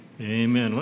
amen